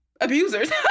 abusers